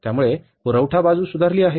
त्यामुळे पुरवठा बाजू सुधारली आहे